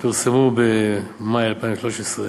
שפורסמו במאי 2013,